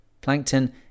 Plankton